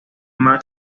max